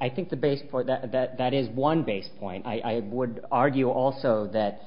i think the basic point that that that is one based point i would argue also that